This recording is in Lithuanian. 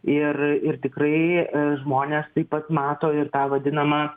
ir ir tikrai žmonės taip pat mato ir tą vadinamą